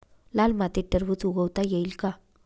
लाल मातीत टरबूज उगवता येईल का?